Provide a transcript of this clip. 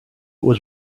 was